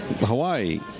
Hawaii